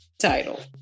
title